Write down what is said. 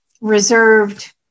reserved